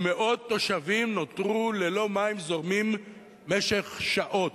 ומאות תושבים נותרו ללא מים זורמים במשך שעות.